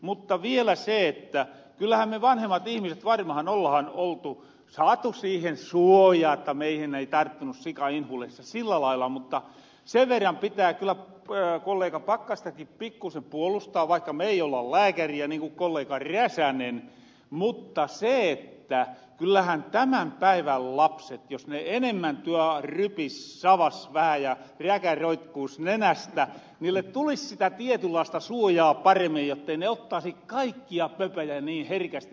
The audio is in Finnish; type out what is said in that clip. mutta vielä se että kyllähän me vanhemmat ihmiset varmahan ollahan saatu siihen suoja että meihin ei tarttunut sikainfluenssa sillä lailla mutta sen verran pitää kyllä kollega pakkastakin pikkuisen puolustaa vaikka me ei olla lääkäriä niin kuin kollega räsänen että kyllähän tämän päivän lapsille jos ne enemmän tuolla rypis saves vähän ja räkä roikkuis nenästä tulisi sitä tietynlaista suojaa paremmin jottei ne ottaisi kaikkia pöpöjä niin herkästi niskoihin